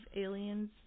aliens